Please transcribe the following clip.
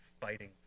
fighting